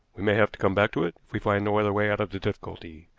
we may have to come back to it if we find no other way out of the difficulty.